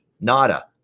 nada